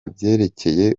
byerekeye